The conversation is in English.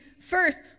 first